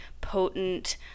potent